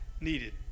needed